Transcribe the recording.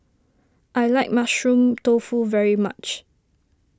I like Mushroom Tofu very much